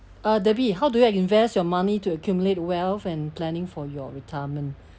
uh debbie how do you invest your money to accumulate wealth and planning for your retirement